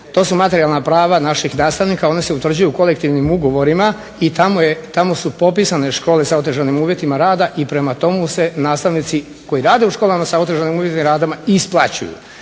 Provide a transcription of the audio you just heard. To su materijalna prava naših nastavnika, ona se utvrđuju kolektivnim ugovorima i tamo su popisane škole sa otežanim uvjetima rada i prema tome se nastavnici koji rade u školi sa otežanim uvjetima rada i isplaćuju.